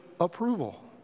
approval